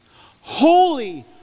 holy